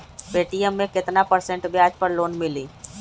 Paytm मे केतना percent ब्याज पर लोन मिली?